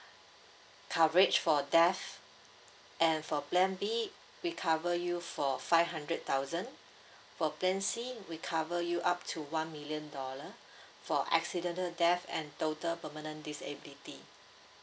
coverage for death and for plan B we cover you for five hundred thousand for plan C we cover you up to one million dollar for accidental death and total permanent disability